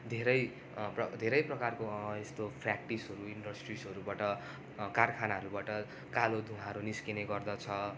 धेरै प्र धेरै प्रकारको यस्तो फ्याक्ट्रिजहरू इन्डस्ट्रिजहरूबाट कारखानाहरूबाट कालो धुवाँहरू निस्किने गर्दछ